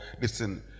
listen